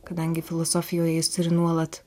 kadangi filosofijoje jis turi nuolat